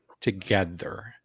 together